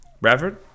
Bradford